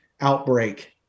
outbreak